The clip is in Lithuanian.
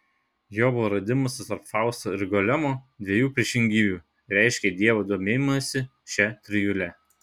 jobo radimasis tarp fausto ir golemo dviejų priešingybių reiškia dievo domėjimąsi šia trijule